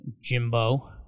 Jimbo